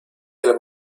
del